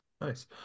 Nice